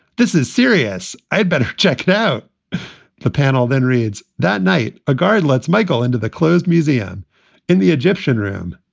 this is serious. i'd better check out the panel then reads that night. a guard lets michael into the closed museum in the egyptian room.